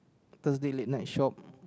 Thursday late night shop